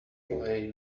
play